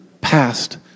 past